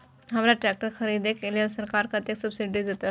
हमरा ट्रैक्टर खरदे के लेल सरकार कतेक सब्सीडी देते?